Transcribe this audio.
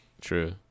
True